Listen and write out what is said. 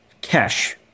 cash